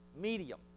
medium